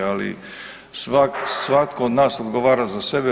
Ali svatko od nas odgovara za sebe.